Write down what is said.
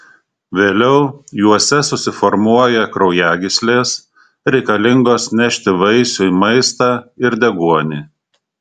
vėliau juose susiformuoja kraujagyslės reikalingos nešti vaisiui maistą ir deguonį